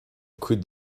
cuid